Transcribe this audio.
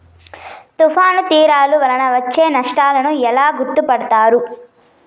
తుఫాను తీరాలు వలన వచ్చే నష్టాలను ఎలా గుర్తుపడతారు?